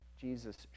Jesus